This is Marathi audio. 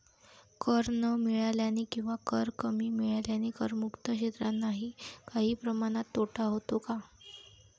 कर न मिळाल्याने किंवा कर कमी मिळाल्याने करमुक्त क्षेत्रांनाही काही प्रमाणात तोटा होतो का?